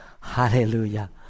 Hallelujah